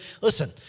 listen